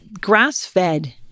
grass-fed